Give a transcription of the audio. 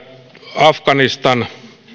afganistan